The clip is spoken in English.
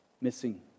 missing